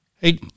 Hey